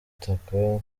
itaka